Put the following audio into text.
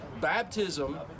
Baptism